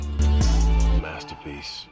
Masterpiece